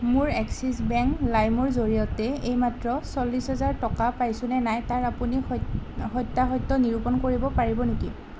মোৰ Axis bank লাইমৰ জৰিয়তে এইমাত্ৰ চল্লিছ হাজাৰ টকা পাইছোঁ নে নাই তাৰ আপুনি সত্যাসত্য নিৰূপণ কৰিব পাৰিব নেকি